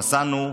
נסענו,